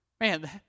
Man